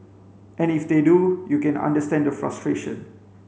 and if they do you can understand the frustration